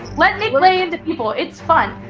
let me lay into people, it's fun.